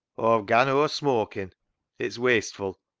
aw've gan o'er smookin' it's wasteful,